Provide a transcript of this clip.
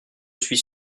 suis